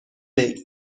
میل